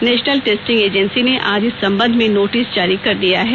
national testing agency ने आज इस संबंध में नोटिस जारी कर दिया है